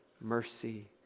mercy